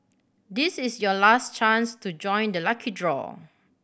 this is your last chance to join the lucky draw